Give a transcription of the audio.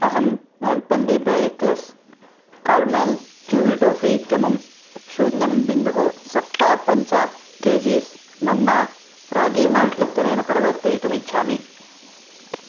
अहम् Alpenliebe eclairs caramel chewy toffee इत्यमुं शून्यं बिन्दुः सप्त पञ्च K G s Manna ragi malt इत्यनेन परिवर्तयितुमिच्छामि